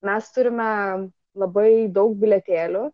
mes turime labai daug bilietėlių